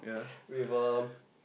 with a